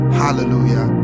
hallelujah